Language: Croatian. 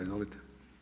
Izvolite.